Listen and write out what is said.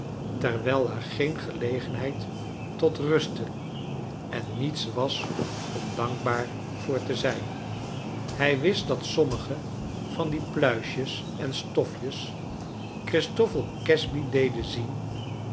terwijl er geen gelegenheid tot rusten en niets was om dankbaar voor te zijn hij wist dat sommige van die pluisjes en stofjes christoffel casby deden zien